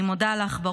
אני מודה לך,